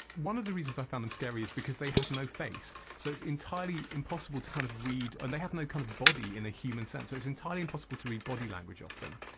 one of the reasons i found them scary is because they have no face, so it's entirely impossible to kind of read and they have no kind of body in a human sense, so it's entirely impossible to read body language of them,